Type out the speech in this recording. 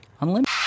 Unlimited